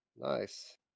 Nice